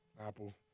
Apple